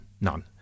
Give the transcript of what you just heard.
None